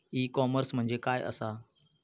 E commerce म्हणजे काय असा?